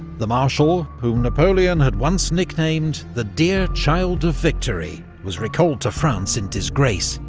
the marshal, whom napoleon had once nicknamed the dear child of victory, was recalled to france in disgrace,